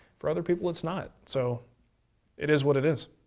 for other people it's not. so it is what it is.